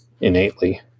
innately